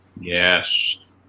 Yes